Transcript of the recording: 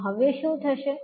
તો હવે શું થશે